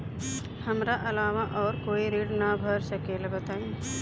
हमरा अलावा और कोई ऋण ना भर सकेला बताई?